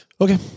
Okay